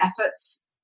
efforts